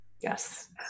Yes